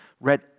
read